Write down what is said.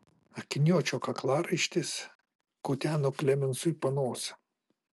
akiniuočio kaklaraištis kuteno klemensui panosę